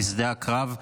בשדה הקרב,